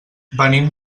venim